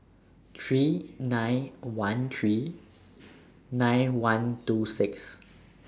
three nine one three nine one two six